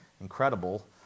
incredible